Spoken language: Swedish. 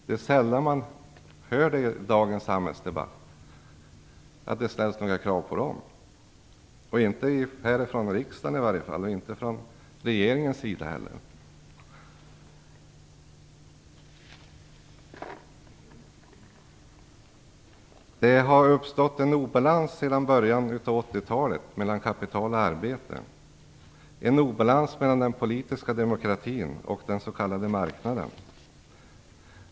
Det är sällan som man i dagens samhällsdebatt hör att det ställs några sådana krav, åtminstone inte här ifrån riksdagen och inte heller från regeringens sida. Sedan början av 80-talet har det rått en obalans mellan kapital och arbete, en obalans mellan den politiska demokratin och den s.k. marknaden.